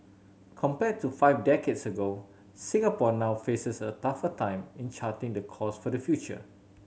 compared to five decades ago Singapore now faces a tougher time in charting the course for the future